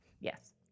Yes